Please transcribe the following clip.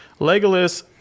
Legolas